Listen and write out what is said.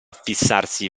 fissarsi